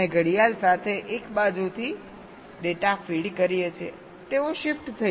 આપણે ઘડિયાળ સાથે એક બાજુથી ડેટા ફીડ કરીએ છીએ તેઓ શિફ્ટ થઈ જાય છે